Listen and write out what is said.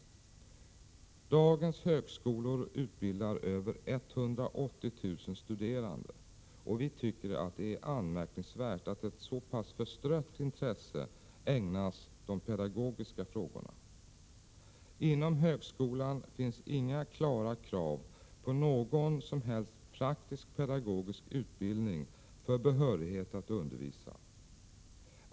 Dagens högskolor utbildar över 180 000 studerande, och vi tycker det är anmärkningsvärt att ett så pass förstrött intresse ägnats de pedagogiska frågorna. Inom högskolan finns inga klara krav på någon som helst praktiskpedagogisk utbildning för behörighet att undervisa.